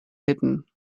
hidden